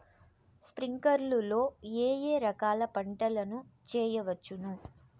స్ప్రింక్లర్లు లో ఏ ఏ రకాల పంటల ను చేయవచ్చును?